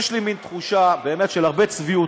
יש לי מין תחושה, באמת, של הרבה צביעות